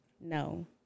no